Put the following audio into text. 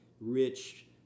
rich